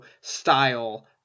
style